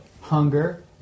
Hunger